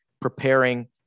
preparing